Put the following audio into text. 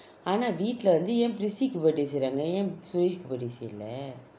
ஆனால் வீட்டில் வந்து ஏன்:aanal vittil vanthu aen prissy birthday செய்கிறார்கள் ஏன்:seykirangal aen suresh birthday செயல்ல:seyala